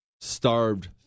starved